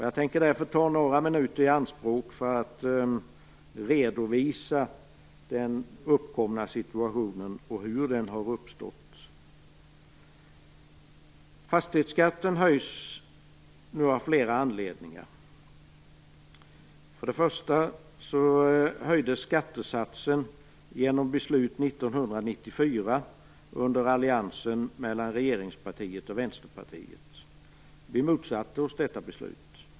Jag tänker därför ta några minuter i anspråk för att redovisa den uppkomna situationen och säga något om hur den har uppstått. Fastighetsskatten höjs nu av flera anledningar. För det första höjdes skattesatsen genom beslut Vänsterpartiet. Vi motsatte oss detta beslut.